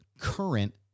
current